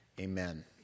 amen